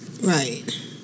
Right